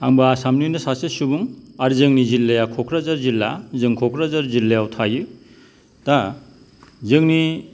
आंबो आसामनिनो सासे सुबुं आरो जोंनि जिल्लाया क'क्राझार जिल्ला जों क'क्राझार जिल्लायाव थायो दा जोंनि